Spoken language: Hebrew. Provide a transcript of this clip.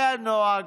זה הנוהג.